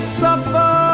suffer